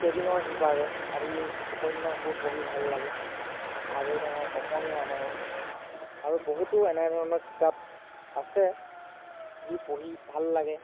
কেবিনৰ সিপাৰে আদি উপন্যাসবোৰ পঢ়ি ভাল লাগে আজৰি টাইমত অকণিৰ ৰামায়ণ আৰু বহুতো এনেধৰণৰ কিতাপ আছে যি পঢ়ি ভাল লাগে